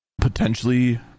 potentially